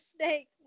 snake